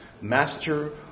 Master